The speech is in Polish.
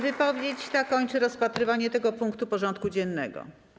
Wypowiedź ta kończy rozpatrywanie tego punktu porządku dziennego.